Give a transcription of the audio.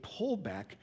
pullback